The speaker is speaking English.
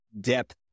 depth